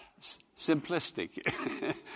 simplistic